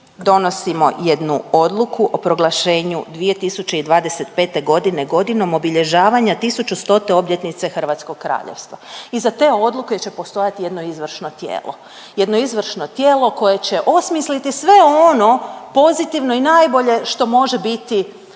donosimo jednu odluku o proglašenju 2025. godine „Godinom obilježavanja 1100 obljetnice Hrvatskog Kraljevstva“. Iza te odluke će postojati jedno izvršno tijelo. Jedno izvršno tijelo koje će osmisliti sve ono pozitivno i najbolje što može biti